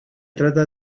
trata